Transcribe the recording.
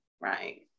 Right